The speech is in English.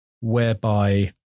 whereby